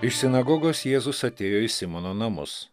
iš sinagogos jėzus atėjo į simono namus